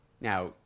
Now